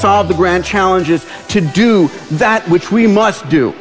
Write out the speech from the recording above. solve the grand challenges to do that which we must do